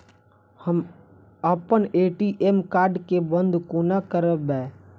हम अप्पन ATM card केँ बंद कोना करेबै?